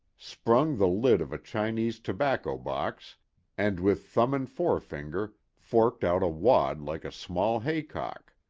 sprung the lid of a chinese tobacco-box and with thumb and forefinger forked out a wad like a small haycock.